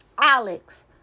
Alex